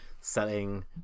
selling